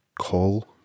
call